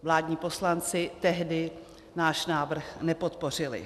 Vládní poslanci tehdy náš návrh nepodpořili.